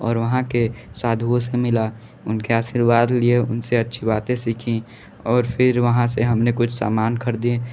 और वहाँ के साधुओं से मिला उन के आशीर्वाद लिए उन से अच्छी बातें सीखी और फिर वहाँ से हम ने कुछ सामान ख़रीदें